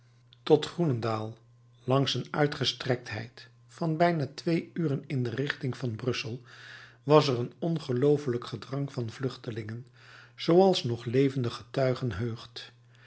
tot groenendaal langs een uitgestrektheid van bijna twee uren in de richting van brussel was er een ongelooflijk gedrang van vluchtelingen zooals nog levende getuigen heugt